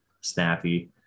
snappy